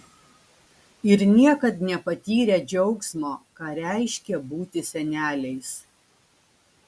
ir niekad nepatyrę džiaugsmo ką reiškia būti seneliais